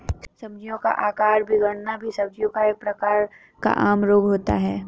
सब्जियों का आकार बिगड़ना भी सब्जियों का एक प्रकार का आम रोग होता है